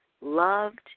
loved